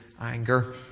anger